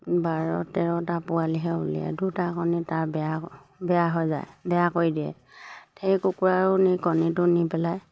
বাৰ তেৰটা পোৱালিহে উলিয়াই দুটা কণী তাৰ বেয়া বেয়া হৈ যায় বেয়া কৰি দিয়ে সেই কুকুৰাও নি কণীটো নি পেলাই